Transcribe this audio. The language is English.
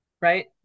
Right